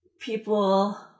people